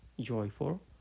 joyful